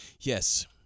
yes